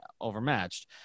overmatched